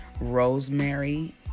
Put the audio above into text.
rosemary